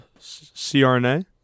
CRNA